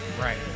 Right